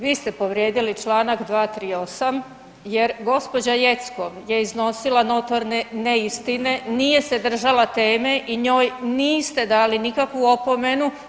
Vi ste povrijedili Članak 238. jer gospođa Jeckov je iznosila notorne neistine, nije se držala teme i njoj niste dali nikakvu opomenu.